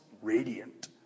radiant